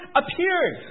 appeared